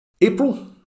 April